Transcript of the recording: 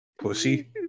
pussy